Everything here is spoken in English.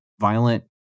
violent